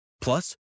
Plus